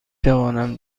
توانم